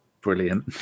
brilliant